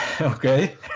Okay